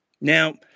now